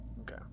Okay